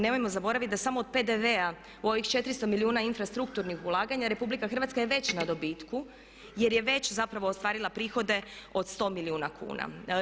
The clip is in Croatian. Nemojmo zaboraviti da samo od PDV-a u ovih 400 milijuna infrastrukturnih ulaganja RH je već na dobitku jer je već zapravo ostvarila prihode od 100 milijuna kuna.